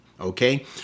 Okay